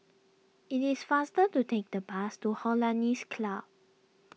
it is faster to take the bus to Hollandse Club